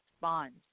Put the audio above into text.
bonds